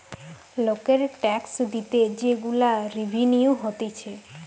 লোকের ট্যাক্স থেকে যে গুলা রেভিনিউ হতিছে